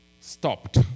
stopped